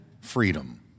freedom